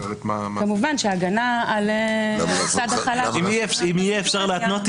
כמובן שההגנה על הצד החלש --- אם יהיה אפשר להתנות,